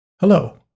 Hello